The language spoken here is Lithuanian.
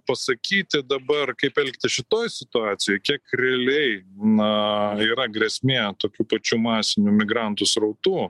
pasakyti dabar kaip elgtis šitoj situacijoj kiek realiai na yra grėsmė tokių pačių masinių migrantų srautų